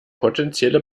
potenzielle